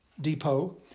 depot